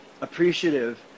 appreciative